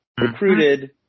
recruited